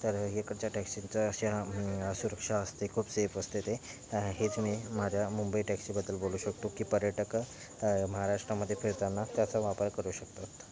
तर इकडच्या टॅक्सींचा अशा सुरक्षा असते खूप सेफ असते ते हेच मी माझ्या मुंबई टॅक्सीबद्दल बोलू शकतो की पर्यटक महाराष्ट्रामध्ये फिरताना त्याचा वापर करू शकतात